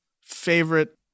favorite